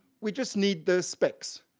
we just need the specs.